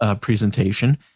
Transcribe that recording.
presentation